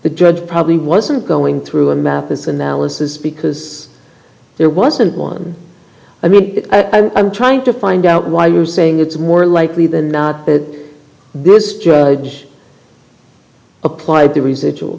the judge probably wasn't going through a map this analysis because there wasn't one i mean i'm trying to find out why you're saying it's more likely than not that this judge applied the residual